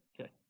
Okay